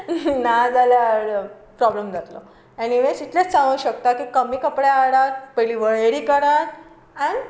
ना जाल्यार प्रोबल्म जातलो एनीवेझ इतलें सांगूंक सोदता की कमी कपडे हाडात पयलीं वळेरी करात अॅन्ड